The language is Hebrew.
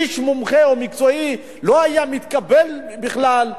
ואיש מומחה או מקצועי לא היה מתקבל בכלל,